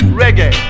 reggae